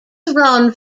around